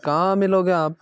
कहाँ मिलोगे आप